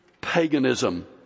paganism